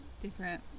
different